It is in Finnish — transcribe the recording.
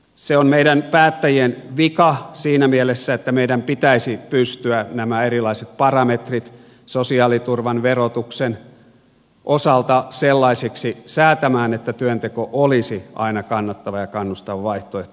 se on meidän päättäjien vika siinä mielessä että meidän pitäisi pystyä nämä erilaiset parametrit sosiaaliturvan verotuksen osalta sellaisiksi säätämään että työnteko olisi aina kannattava ja kannustava vaihtoehto